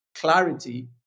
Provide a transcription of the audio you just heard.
clarity